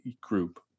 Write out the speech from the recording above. group